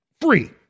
Free